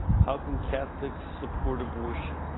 how can catholics support abortion.